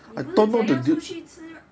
你不是经要出去吃